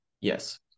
Yes